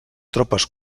tropes